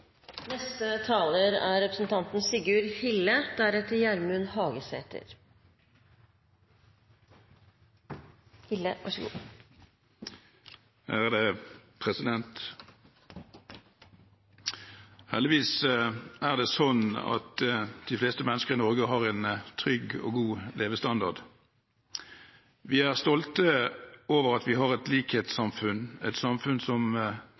Heldigvis er det sånn at de fleste mennesker i Norge har en trygg og god levestandard. Vi er stolte over at vi har et likhetssamfunn, et samfunn som